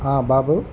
బాబు